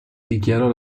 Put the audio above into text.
dichiarò